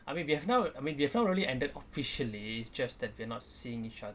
I mean they're not I mean they're not really ended officially just that we're not seeing each